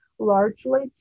largely